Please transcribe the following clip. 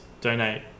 donate